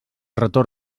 retorn